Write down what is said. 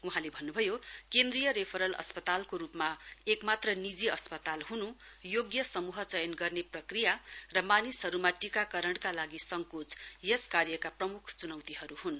वहाँले भन्न्भयो केन्द्रीय रेफरल अस्पतालको रूपमा एकमात्र निजी अस्पताल हन् योग्य समूह चयन गर्ने प्रक्रिया र मानिसहरूमा टीकाकरणका लागि सङ्कोच यस कार्यका प्रम्ख च्नौतीहरू हुन्